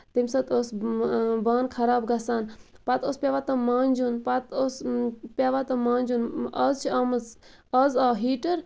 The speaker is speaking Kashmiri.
تمہِ سۭتۍ اوس بانہٕ خراب گژھان پَتہٕ اوس پیٚوان تِم مانجُن پَتہٕ اوس پیٚوان تِم مانجُن آز چھُ آمٕژ آز آو ہیٖٹر